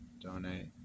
donate